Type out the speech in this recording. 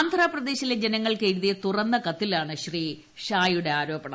ആന്ധ്രാപ്രദേശിലെ ജനങ്ങൾക്ക് എഴുതിയ തുറന്ന കത്തിലാണ് ശ്രീ ഷായുടെ ആരോപണം